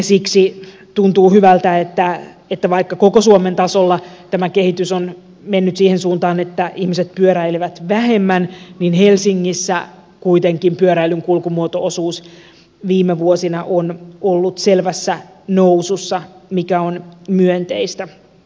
siksi tuntuu hyvältä että vaikka koko suomen tasolla tämä kehitys on mennyt siihen suuntaan että ihmiset pyöräilevät vähemmän niin helsingissä kuitenkin pyöräilyn kulkumuoto osuus viime vuosina on ollut selvässä nousussa mikä on myönteistä